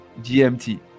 GMT